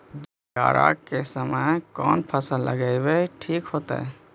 जाड़ा के समय कौन फसल लगावेला ठिक होतइ?